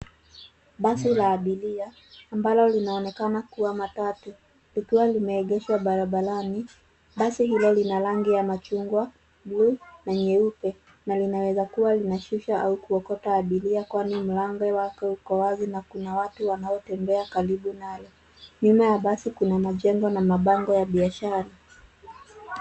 Basi la abiria ambalo linaonekana kuwa matatu likiwa limeegeshwa barabarani. Basi hilo lina rangi ya machungwa, buluu na nyeupe na linaweza kuwa linashusha au kuokota abiria, kwani mlango wake uko wazi na kuna watu wanaotembea karibu nalo. Nyuma ya basi kuna majengo na mabango ya biashara.